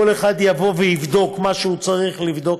כל אחד יבוא ויבדוק מה שהוא צריך לבדוק.